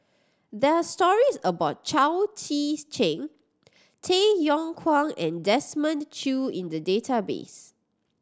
there are stories about Chao Tzee Cheng Tay Yong Kwang and Desmond Choo in the database